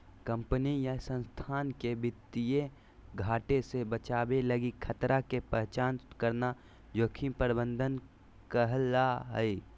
company या संस्थान के वित्तीय घाटे से बचावे लगी खतरा के पहचान करना जोखिम प्रबंधन कहला हय